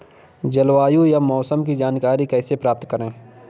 जलवायु या मौसम की जानकारी कैसे प्राप्त करें?